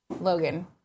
Logan